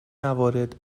موارد